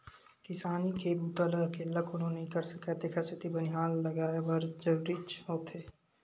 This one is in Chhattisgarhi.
किसानी के बूता ल अकेल्ला कोनो नइ कर सकय तेखर सेती बनिहार लगये बर जरूरीच होथे